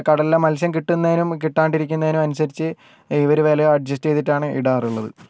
കടലിലെ മൽസ്യം കിട്ടുന്നതിനും കിട്ടാണ്ടിരിക്കുന്നതിനും അനുസരിച്ച് ഇവര് വില അഡ്ജസ്റ്റ് ചെയ്തിട്ടാണ് ഇടാറുള്ളത്